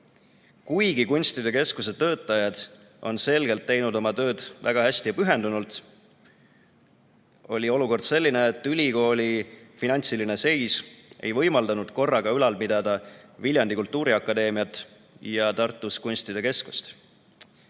Kuigi kunstide keskuse töötajad on selgelt teinud oma tööd väga hästi ja pühendunult, oli olukord selline, et ülikooli finantsiline seis ei võimaldanud korraga ülal pidada Viljandis kultuuriakadeemiat ja Tartus kunstide keskust.